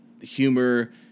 humor